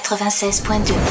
96.2